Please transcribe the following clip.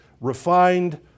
refined